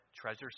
treasures